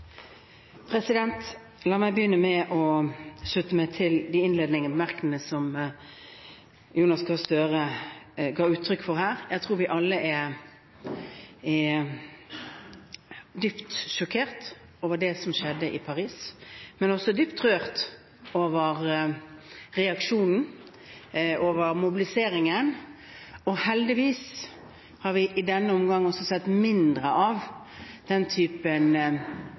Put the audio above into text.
La meg begynne med å slutte meg til de innledende bemerkningene som Jonas Gahr Støre ga uttrykk for her. Jeg tror vi alle er dypt sjokkert over det som skjedde i Paris, men også dypt rørt over reaksjonen, over mobiliseringen. Heldigvis har vi i denne omgang også sett mindre av den typen